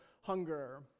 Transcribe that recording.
hunger